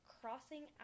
crossing